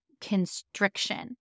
constriction